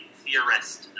theorist